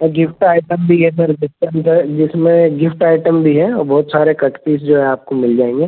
sir gift item भी हैं sir जिसके अंदर जिसमें गिफ्ट आइटम भी हैं बहुत सारे कट पीस जो है आपको मिल जाएंगे